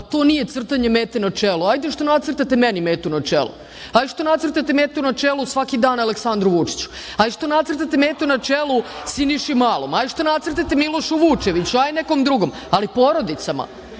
to nije crtanje mete na čelo, hajde što nacrtate meni metu na čelo, aj što nacrtate metu na čelu svaki dan Aleksandru Vučiću, aj što nacrtate metu na čelu Sinišu Malom, aj što nacrtate Milošu Vučeviću, aj nekom drugom, ali porodicama. Pa,